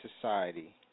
society